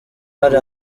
hari